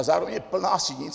A zároveň je plná sinic.